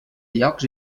llocs